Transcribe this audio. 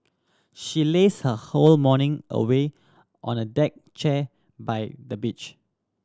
she lazed her whole morning away on a deck chair by the beach